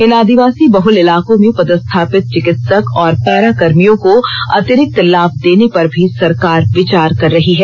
इन आदिवासी बहूल इलाको में पदस्थापित चिकित्सक और पारा कर्भियो को अतिरिक्त लाभ देने पर भी सरकार विचार कर रही है